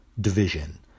division